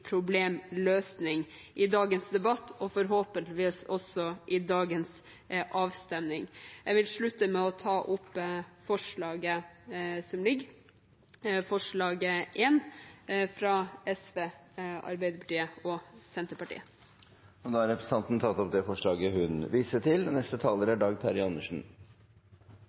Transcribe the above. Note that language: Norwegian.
problemløsning i dagens debatt, og forhåpentligvis også i dagens avstemning. Jeg vil til slutt ta opp forslag nr. 1, fra Arbeiderpartiet, Senterpartiet og Sosialistisk Venstreparti. Representanten Kirsti Bergstø har tatt opp det forslaget hun refererte til.